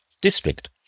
district